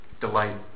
delight